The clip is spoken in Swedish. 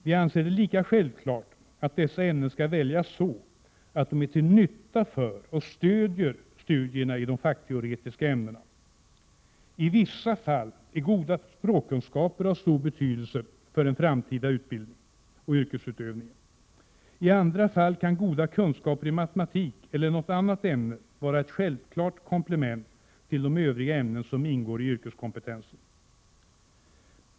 Vi anser det lika självklart att dessa ämnen skall väljas så att de är till nytta för och stödjer studierna i de fackteoretiska ämnena. I vissa fall är goda språkkunskaper av stor betydelse för den framtida yrkesutövningen, i andra fall kan goda kunskaper i matematik eller något annat ämne vara ett självklart komple ment till de övriga ämnen som ingår i yrkeskompetensen.